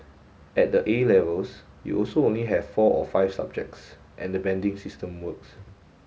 at the A Levels you also only have four or five subjects and the banding system works